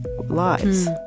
lives